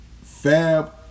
Fab